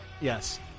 Yes